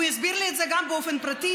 והוא הסביר לי את זה גם באופן פרטי,